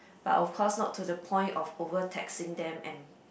but of course not to the point of over taxing them and